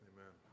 Amen